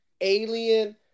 Alien